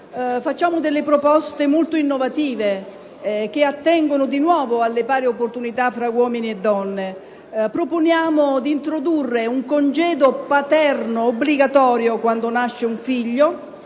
avanziamo proposte molto innovative, che attengono, di nuovo, alle pari opportunità tra uomini e donne: proponiamo di introdurre un congedo paterno obbligatorio quando nasce un figlio